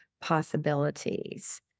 possibilities